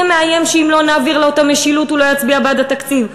זה מאיים שאם לא נעביר לו את המשילות הוא לא יצביע בעד התקציב,